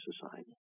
society